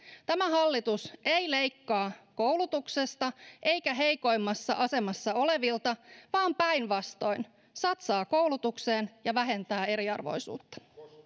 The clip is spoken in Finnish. tämä hallitus ei leikkaa koulutuksesta eikä heikoimmassa asemassa olevilta vaan päinvastoin satsaa koulutukseen ja vähentää eriarvoisuutta